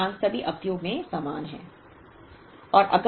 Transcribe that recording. मांग सभी अवधियों में समान है